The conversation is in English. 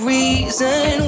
reason